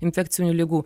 infekcinių ligų